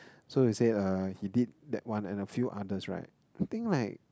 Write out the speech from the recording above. so he say uh he did that one and a few others right I think like